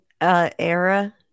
Era